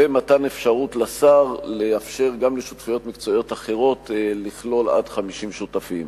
ומתן אפשרות לשר לאפשר גם לשותפויות מקצועיות אחרות לכלול עד 50 שותפים.